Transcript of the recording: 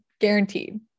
Guaranteed